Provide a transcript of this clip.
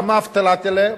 גם האבטלה תעלה.